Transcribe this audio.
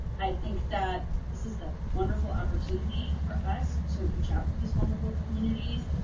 i think that this is the wonderful opportunity for us to reach out to these vulnerable communities,